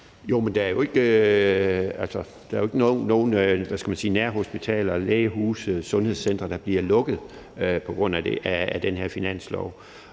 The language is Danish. (M): Der er jo ikke nogen nærhospitaler, lægehuse eller sundhedscentre, der bliver lukket på grund af den her finanslov.